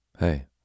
Hey